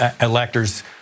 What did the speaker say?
electors